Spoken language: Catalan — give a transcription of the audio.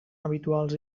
habituals